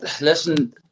Listen